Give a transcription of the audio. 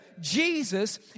Jesus